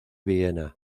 viena